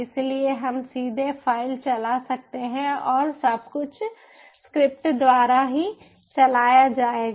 इसलिए हम सीधे फाइल चला सकते हैं और सब कुछ स्क्रिप्ट द्वारा ही चलाया जाएगा